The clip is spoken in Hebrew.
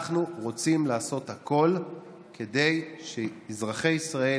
אנחנו רוצים לעשות הכול כדי שאזרחי ישראל